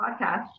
podcast